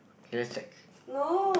K let's check